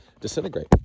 disintegrate